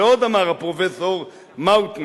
ועוד אמר הפרופסור מאוטנר: